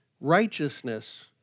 Righteousness